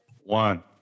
One